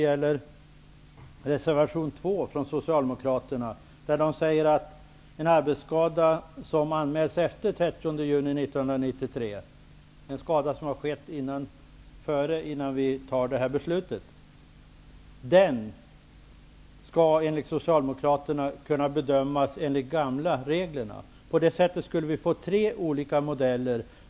I reservation 2 säger socialdemokraterna att en arbetsskada som har uppstått innan vi fattar det här beslutet och som anmäls efter den 30 juni 1993 borde kunna bedömas enligt de gamla reglerna. På det sättet skulle det bli tre olika modeller.